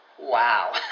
Wow